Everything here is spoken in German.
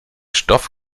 stoff